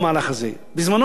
בזמנה, אדוני היושב-ראש,